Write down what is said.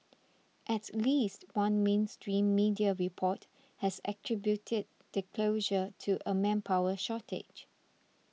at least one mainstream media report has attributed the closure to a manpower shortage